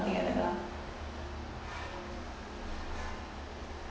something like that lah